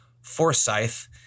Forsyth